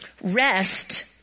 Rest